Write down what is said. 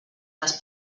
les